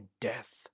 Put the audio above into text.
death